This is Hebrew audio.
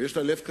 שיש לה לב קטן,